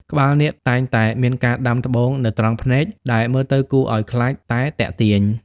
ក្បាលនាគតែងតែមានការដាំត្បូងនៅត្រង់ភ្នែក ដែលមើលទៅគួរឱ្យខ្លាចតែទាក់ទាញ។